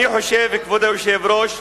אני חושב, כבוד היושב-ראש,